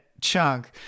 chunk